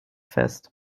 fest